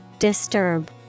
Disturb